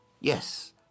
Yes